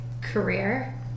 career